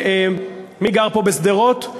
מי גר פה בשדרות?